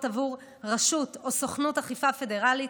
עבור רשות או סוכנות אכיפה פדרלית,